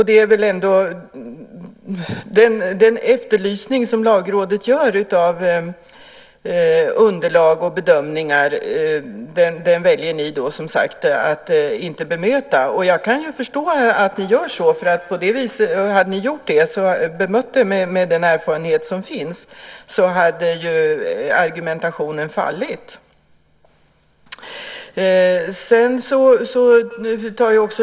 Den efterlysning som Lagrådet gör av underlag och bedömningar väljer ni att inte bemöta. Jag kan förstå att ni gör så, för om ni hade bemött den med den erfarenhet som finns så hade argumenten fallit.